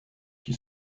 qui